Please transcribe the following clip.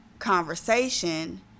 conversation